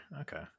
Okay